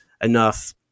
enough